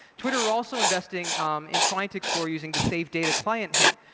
twitter are also investing in trying to explore using the save-data client hint,